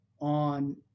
on